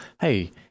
hey